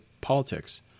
politics